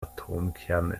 atomkerne